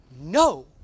No